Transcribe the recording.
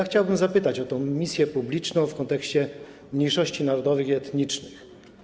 Chciałbym zapytać o tę misję publiczną w kontekście mniejszości narodowych i etnicznych.